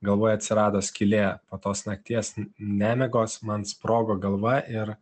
galvoj atsirado skylė po tos nakties nemigos man sprogo galva ir